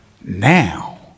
Now